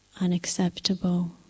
unacceptable